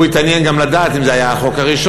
הוא התעניין גם לדעת אם זה היה החוק הראשון,